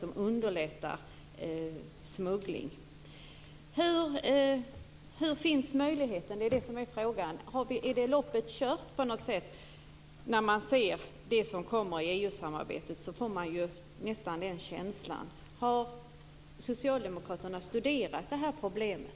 Det underlättar smuggling. Vilka möjligheter finns? Är loppet på något sätt kört? När man ser det som kommer i EU-samarbetet får man nästan den känslan. Har socialdemokraterna studerat det här problemet?